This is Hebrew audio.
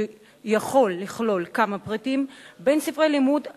שיכול לכלול כמה פריטים, בין ספרי לימוד אחדים,